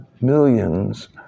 millions